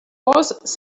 boss